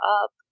up